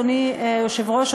אדוני היושב-ראש,